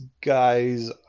guys